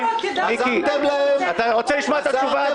לא סיימתי את התשובה.